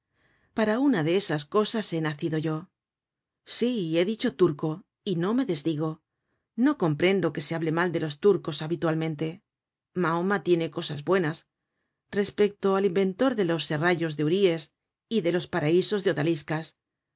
para una de esas cosas he nacido yo sí he dicho turco y no me desdigo no comprendo que se hable mal de los turcos habitualmente mahoma tiene cosas buenas respecto al inventor de los serrallos de huries y de los paraisos de odaliscas